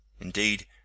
Indeed